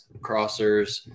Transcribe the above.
crossers